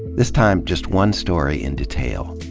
this time, just one story in detail,